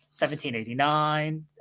1789